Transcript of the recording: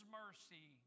mercy